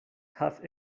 have